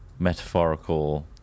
Metaphorical